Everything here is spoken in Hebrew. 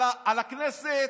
הכנסת,